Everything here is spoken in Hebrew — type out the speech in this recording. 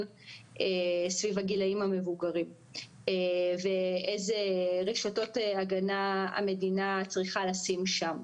סביב הגילאים המבוגרים ואיזה רשתות הגנה המדינה צריכה לשים שם.